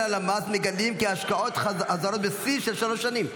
הלמ"ס מגלים כי ההשקעות הזרות בשיא של שלוש שנים".